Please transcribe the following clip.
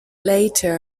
later